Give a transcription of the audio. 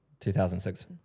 2006